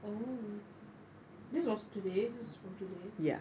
oh this was today from today